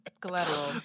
collateral